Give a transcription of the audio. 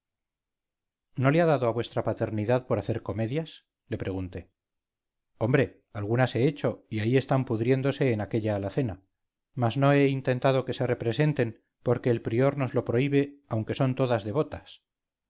no le ha dado a vuestra paternidad por hacer comedias le pregunté hombre algunas he hecho y ahí están pudriéndose en aquella alacena mas no he intentado que se representen porque el prior nos lo prohíbe aunque son todas devotas